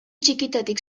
txikitik